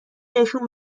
بهشون